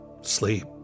sleep